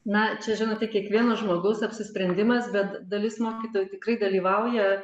na čia žinote kiekvieno žmogaus apsisprendimas bet dalis mokytojų tikrai dalyvauja